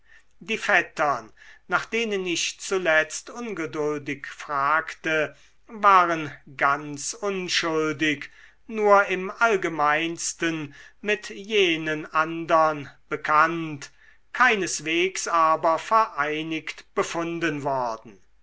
die vettern nach denen ich zuletzt ungeduldig fragte waren ganz unschuldig nur im allgemeinsten mit jenen andern bekannt keineswegs aber vereinigt befunden worden